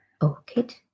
orchid